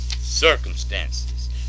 circumstances